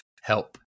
help